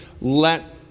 Let